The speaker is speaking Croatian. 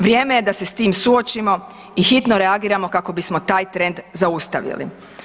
Vrijeme da se s tim suočimo i hitno reagiramo kako bismo taj trend zaustavili.